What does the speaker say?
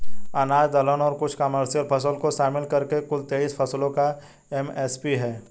अनाज दलहन और कुछ कमर्शियल फसल को शामिल करके कुल तेईस फसलों का एम.एस.पी है